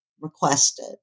requested